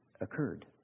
occurred